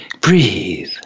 breathe